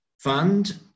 fund